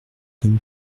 comme